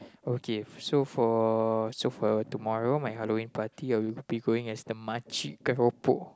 okay so for so for tomorrow my Halloween party we will be going as the makcik keropok